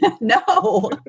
No